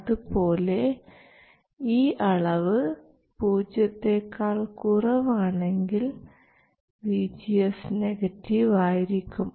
അതുപോലെ ഈ അളവ് പൂജ്യത്തെക്കാൾ കുറവാണെങ്കിൽ vgs നെഗറ്റീവ് ആയിരിക്കും